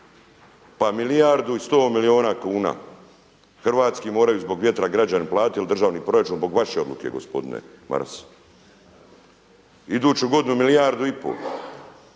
Pa milijardu i 100 milijuna kuna hrvatski moraju zbog vjetra građani platiti jer državni proračun zbog vaše odluke gospodine Maras. Iduću godinu milijardu i pol